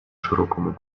широкому